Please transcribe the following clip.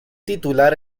titular